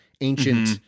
ancient